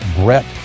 brett